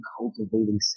cultivating